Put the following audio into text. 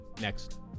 next